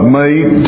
made